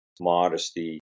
modesty